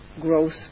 growth